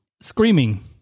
Screaming